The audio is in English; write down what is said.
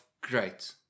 great